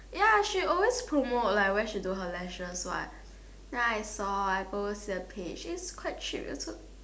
ya she always promote like where she do her lashes what then I saw I go the page is quite cheap also